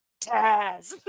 Taz